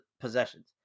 possessions